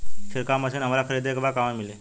छिरकाव मशिन हमरा खरीदे के बा कहवा मिली?